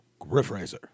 Griffraiser